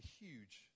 huge